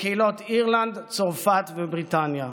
מקהילות אירלנד, צרפת ובריטניה.